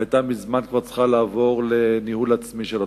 וכבר מזמן היתה צריכה לעבור לניהול עצמי של התושבים.